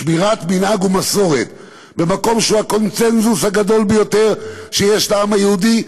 שמירת מנהג ומסורת במקום שהוא הקונסנזוס הגדול ביותר שיש לעם היהודי,